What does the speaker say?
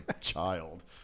child